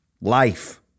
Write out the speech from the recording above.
life